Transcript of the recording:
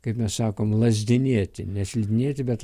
kaip mes sakom lazdinėti ne slidinėti bet